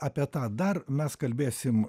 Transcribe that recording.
apie tą dar mes kalbėsim